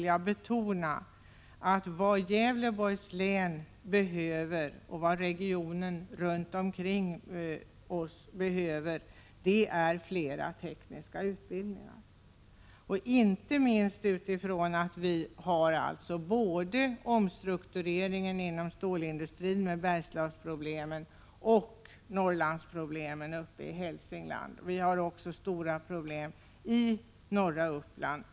1985/86:162 Gävleborgs län och regionen runt omkring i första hand behöver är flera 4juni 1986 tekniska utbildningar. Det beror inte minst på att vi i länet har både Bergslagsproblemen med omstruktureringen inom stålindustrin och Norrlandsproblemen uppe i Hälsingland. Vi har också stora problem i norra Uppland.